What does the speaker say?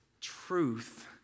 truth